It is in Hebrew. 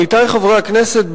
עמיתי חברי הכנסת,